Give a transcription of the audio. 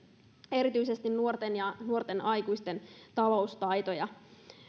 erityisesti nuorten ja nuorten aikuisten taloustaitoja